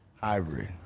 Hybrid